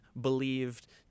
believed